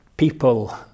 People